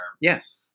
Yes